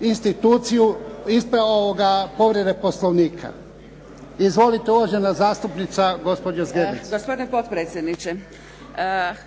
instituciju povrede Poslovnika. Izvolite uvažen zastupnica gospođa Zgrebec. **Zgrebec, Dragica (SDP)** Gospodine potpredsjedniče,